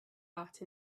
art